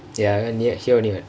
ya I learn here only what